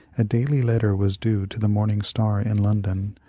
a daily letter was due to the morn ing star in london,